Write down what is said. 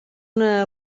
una